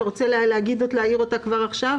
יהודה, אתה רוצה להגיד אותה כבר עכשיו?